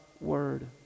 Word